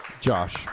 Josh